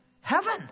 heaven